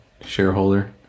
shareholder